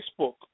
Facebook